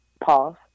pause